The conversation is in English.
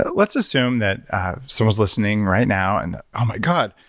but let's assume that someone's listening right now and oh my god,